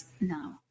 now